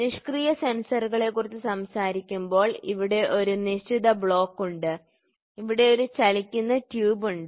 നിഷ്ക്രിയ സെൻസറുകളെക്കുറിച്ച് സംസാരിക്കുമ്പോൾ ഇവിടെ ഒരു നിശ്ചിത ബ്ലോക്ക് ഉണ്ട് ഇവിടെ ഒരു ചലിക്കുന്ന ട്യൂബ് ഉണ്ട്